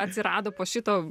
atsirado po šito